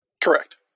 Correct